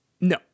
no